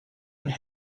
and